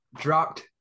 dropped